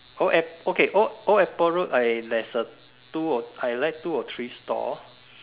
old air~ okay old old airport road I there's a two I like two or three store